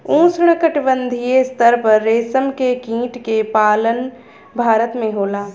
उष्णकटिबंधीय स्तर पर रेशम के कीट के पालन भारत में होला